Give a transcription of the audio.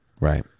Right